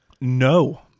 No